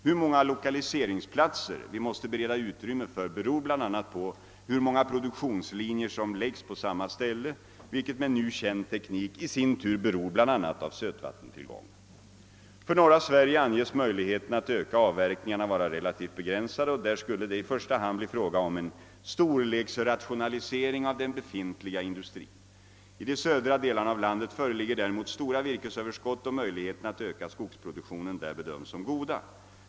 Hur många 10 kaliseringsplatser vi måste bereda utrymme för beror bl.a. på hur många produktionslinjer som läggs på samma ställe, vilket med nu känd teknik i sin tur beror bl.a. av sötvattentillgången. För norra Sverige anges möjligheterna att öka avverkningarna vara relativt begränsade, och där skulle det i första hand bli fråga om en storleksrationalisering av den befintliga industrin. I de södra delarna av landet föreligger däremot stora virkesöverskott, och möjligheterna att öka skogsproduktionen där bedöms som goda.